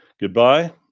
Goodbye